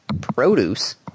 produce